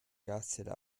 gaszähler